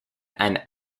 and